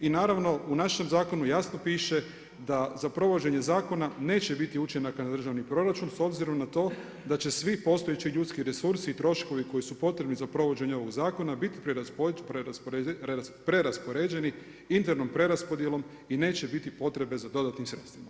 I naravno, u našem zakonu jasno piše, da za provođenje zakona, neće biti učinak na državni proračun, s obzirom na to, da će svi postojeći ljudski resursi i troškovi koji su potrebni za provođeni ovog zakona biti preraspoređeni internom preraspodijelim i neće biti potrebe za dodatnim sredstvima.